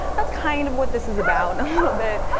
that's kind of what this is about, a little bit.